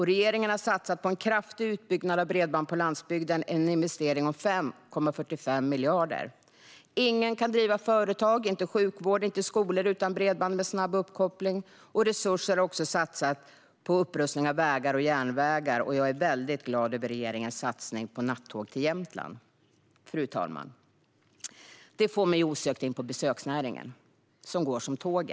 Regeringen har satsat på en kraftig utbyggnad av bredband på landsbygden genom en investering om 5,45 miljarder. Ingen kan driva företag, sjukvård eller skolor utan bredband med snabb uppkoppling. Resurser har också satsats på upprustning av vägar och järnvägar. Jag är väldigt glad över regeringens satsning på nattåg till Jämtland. Fru talman! Det för mig osökt in på besöksnäringen, som går som tåget.